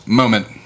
moment